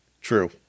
True